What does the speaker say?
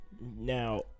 Now